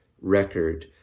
record